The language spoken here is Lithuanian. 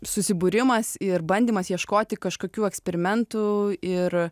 susibūrimas ir bandymas ieškoti kažkokių eksperimentų ir